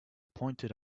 pointed